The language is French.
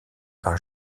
par